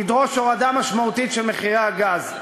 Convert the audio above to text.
לדרוש הורדה משמעותית של מחירי הגז.